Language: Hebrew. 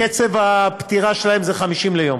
קצב הפטירה שלהם זה 50 ליום,